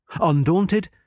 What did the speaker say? Undaunted